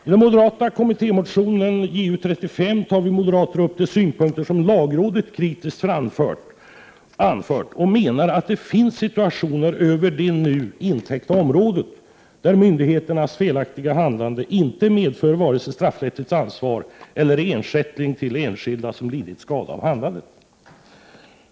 I den moderata kommittémotionen Ju35 tar vi upp de synpunkter som lagrådet kritiskt anför, och vi menar att det finns situationer utöver det nu täckta området där myndigheters felaktiga handlande varken medför straffrättsligt ansvar eller ersättning till enskilda som lidit skada på grund av handlandet.